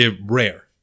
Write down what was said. rare